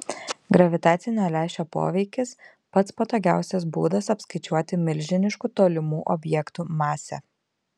gravitacinio lęšio poveikis pats patogiausias būdas apskaičiuoti milžiniškų tolimų objektų masę